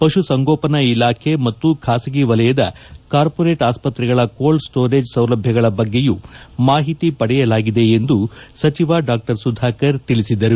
ಪಶು ಸಂಗೋಪನೆ ಇಲಾಖೆ ಮತ್ತು ಖಾಸಗಿ ವಲಯದ ಕಾರ್ಪೊರೇಟ್ ಆಸ್ತ್ರೆಗಳ ಕೋಲ್ಡ್ ಸ್ಟೋರೇಜ್ ಸೌಲಭ್ಯಗಳ ಬಗ್ಗೆಯೂ ಮಾಹಿತಿ ಪಡೆಯಲಾಗಿದೆ ಎಂದು ಸಚಿವ ಡಾ ಸುಧಾಕರ್ ತಿಳಿಸಿದರು